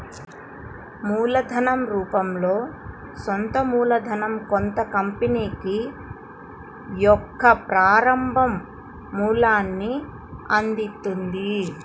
మూలధన రూపంలో సొంత మూలధనం కొత్త కంపెనీకి యొక్క ప్రారంభ మూలాన్ని అందిత్తది